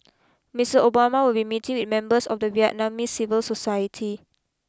Mister Obama will be meeting with members of the Vietnamese civil society